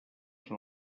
són